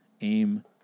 Aim